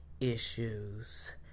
issues